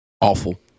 Awful